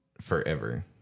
forever